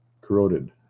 corroded